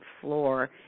floor